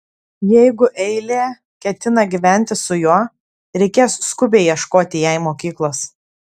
jeigu eilė ketina gyventi su juo reikės skubiai ieškoti jai mokyklos